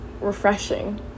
refreshing